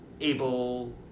able